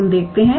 तो हम देखते हैं